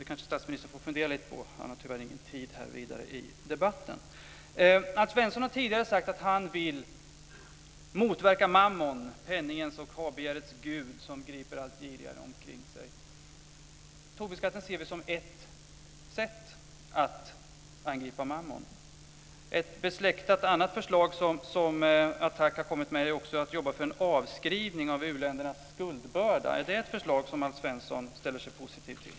Det kanske statsministern får fundera lite på eftersom han tyvärr inte har någon tid kvar i debatten. Alf Svensson har tidigare sagt att han vill motverka mammon, penningens och habegärets gud, som griper allt girigare omkring sig. Vi ser Tobinskatten som ett sätt att angripa mammon. Ett annat besläktat förslag som ATTAC har kommit med är att jobba för en avskrivning av uländernas skuldbörda. Är det ett förslag som Alf Svensson ställer sig positiv till?